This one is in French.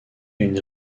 une